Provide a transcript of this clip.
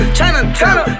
Chinatown